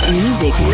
music